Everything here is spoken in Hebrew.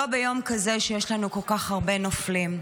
לא ביום כזה שיש לנו כל כך הרבה נופלים.